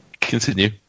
Continue